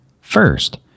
First